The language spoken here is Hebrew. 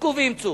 חזקו ואמצו.